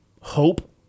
hope